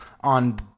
on